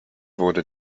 wurde